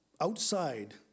outside